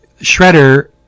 Shredder